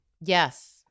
yes